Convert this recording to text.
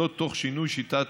תוך שינוי שיטת